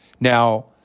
Now